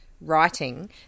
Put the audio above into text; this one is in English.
writing